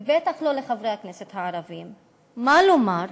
ובטח לא לחברי הכנסת הערבים, מה לומר,